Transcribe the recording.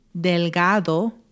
Delgado